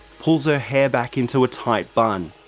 pulls her hair back into a tight bun.